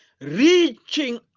reaching